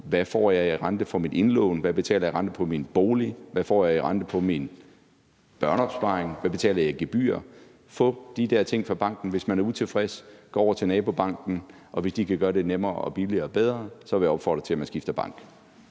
Hvad får jeg i rente for mit indlån? Hvad betaler jeg i rente på min bolig? Hvad får jeg i rente på min børneopsparing? Hvad betaler jeg i gebyr? Få de der ting fra banken, og hvis man er utilfreds, gå over til nabobanken, og hvis de kan gøre det nemmere, billigere og bedre, vil jeg opfordre til, at man skifter bank.